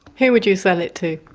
who would you sell it to?